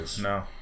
No